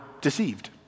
deceived